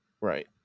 Right